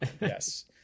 yes